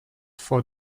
for